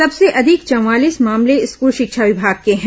सबसे अधिक चवालीस मामले स्कूल शिक्षा विमाग के हैं